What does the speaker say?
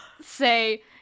say